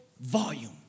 volume